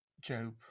Job